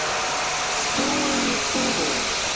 suing the school board.